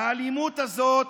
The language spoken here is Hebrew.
האלימות הזאת,